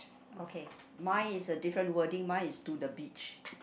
okay mine is a different wording mine is to the beach